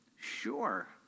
Sure